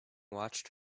watched